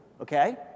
Okay